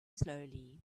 slowly